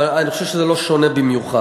אבל אני חושב שזה לא שונה במיוחד.